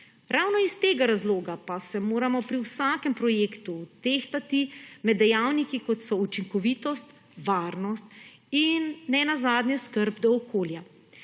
Ravno iz tega razloga pa moramo pri vsakem projektu tehtati med dejavniki kot so učinkovitost, varnost in nenazadnje skrb do okolja.